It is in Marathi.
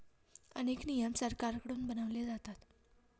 अनेक नियम सरकारकडून बनवले जातात